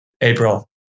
April